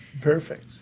Perfect